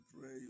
pray